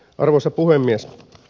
arvoisa puhemies